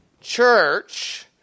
church